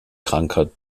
krankheit